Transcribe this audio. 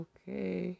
Okay